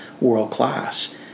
world-class